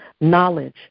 Knowledge